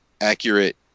accurate